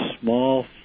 small